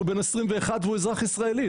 שהוא בן 21 והוא אזרח ישראלי,